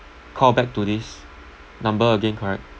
call back to this number again correct